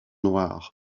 noires